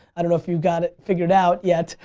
i don't know if you got it figured out yet.